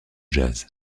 jazz